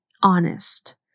honest